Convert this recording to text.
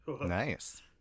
Nice